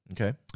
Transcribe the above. okay